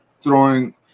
throwing